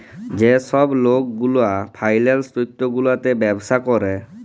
যে ছব লক গুলা ফিল্যাল্স তথ্য গুলাতে ব্যবছা ক্যরে